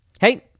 Hey